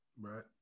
Right